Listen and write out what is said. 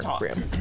room